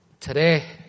Today